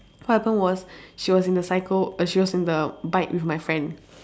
what happen was she was in the cycle she was in the bike with my friend